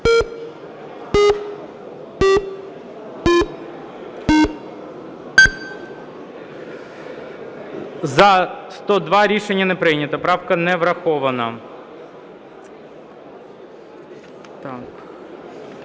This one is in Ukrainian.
За-102 Рішення не прийнято. Правка не врахована.